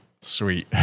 sweet